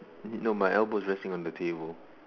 no my elbow is resting on the table